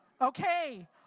okay